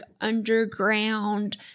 underground